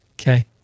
Okay